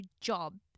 job